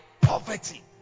poverty